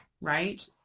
right